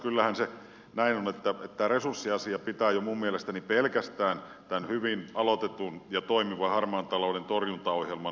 kyllähän se näin on että tämä resurssiasia pitää minun mielestäni jo pelkästään tämän hyvin aloitetun ja toimivan harmaan talouden torjuntaohjelman takia hoitaa